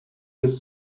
des